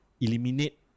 eliminate